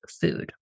food